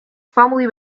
formerly